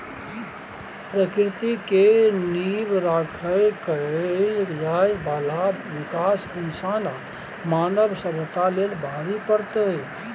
प्रकृति के नाश के नींव राइख कएल जाइ बाला विकास इंसान आ मानव सभ्यता लेल भारी पड़तै